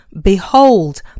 Behold